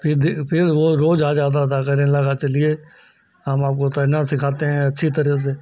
फिर फिर वह रोज़ आ जाता था कहने लगा चलिए हम आपको तैरना सिखाते हैं अच्छी तरह से